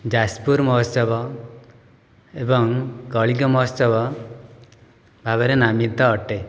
ଯାଜପୁର ମହୋତ୍ସବ ଏବଂ କଳିଙ୍ଗ ମହୋତ୍ସବ ଭାବରେ ନାମିତ ଅଟେ